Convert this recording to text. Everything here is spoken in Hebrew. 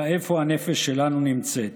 אלא איפה הנפש שלנו נמצאת".